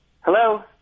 Hello